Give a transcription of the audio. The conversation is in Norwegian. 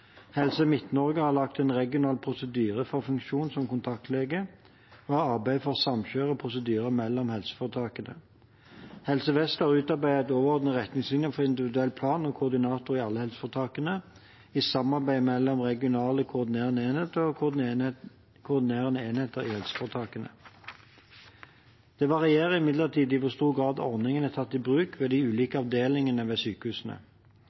Helse Midt-Norge har laget en regional prosedyre for funksjonen som kontaktlege og har arbeidet for å samkjøre prosedyrer mellom helseforetakene. Helse Vest har utarbeidet overordnede retningslinjer for individuell plan og koordinator i alle helseforetakene i samarbeid mellom regional koordinerende enhet og koordinerende enheter i helseforetakene. Det varierer imidlertid i hvor stor grad ordningene er tatt i bruk ved de ulike avdelingene ved sykehusene.